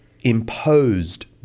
imposed